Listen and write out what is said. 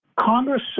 Congress